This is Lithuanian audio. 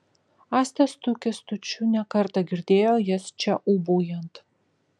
asta su kęstučiu ne kartą girdėjo jas čia ūbaujant